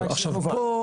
עכשיו פה,